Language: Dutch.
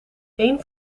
een